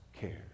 care